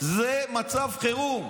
זה מצב חירום.